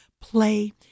play